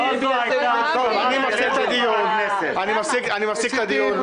אני מפסיק את הדיון.